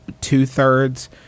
two-thirds